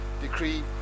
decree